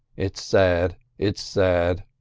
it's sad! it's sad!